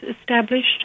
established